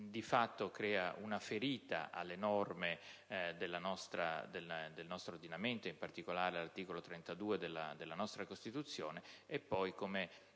di fatto, una ferita alle norme del nostro ordinamento, in particolare all'articolo 32 della nostra Costituzione. Tali